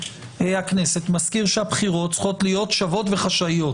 הכנסת, מזכיר שהבחירות צריכות להיות שוות וחשאיות.